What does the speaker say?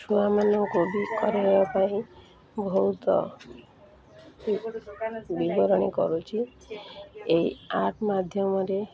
ଛୁଆମାନଙ୍କୁ ବି କାରାଇବା ପାଇଁ ବହୁତ ବିବରଣୀ କରୁଛି ଏହି ଆର୍ଟ୍ ମାଧ୍ୟମରେ